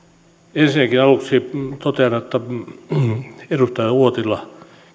ensinnäkin aluksi totean että edustaja uotila